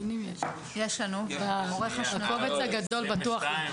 יש לנו בקובץ הגדול בטוח יש.